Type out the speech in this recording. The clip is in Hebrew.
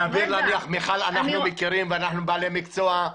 אנחנו מכירים ואנחנו בעלי מקצוע.